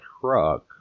truck